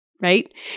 Right